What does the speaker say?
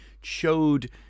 showed